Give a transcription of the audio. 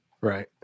right